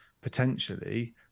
potentially